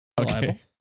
okay